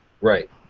Right